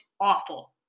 awful